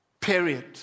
Period